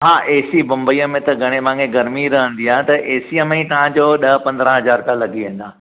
हा A C Bombay में त घणे भांङे गर्मी ई रहंदी आहे त एसीअ में ई तव्हां जो ॾह पंद्रहं हज़ार त लॻी वेंदा